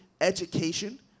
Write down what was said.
education